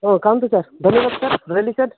ହଁ ଖାଆନ୍ତୁ ସାର୍ ଧନ୍ୟବଦ ସାର୍ ରହିଲି ସାର୍